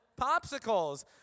Popsicles